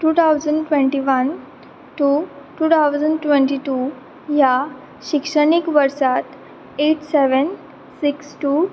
two thousand twenty one to two thousand twenty two ह्या शिक्षणीक वर्सांत एट सॅवॅन सिक्स टू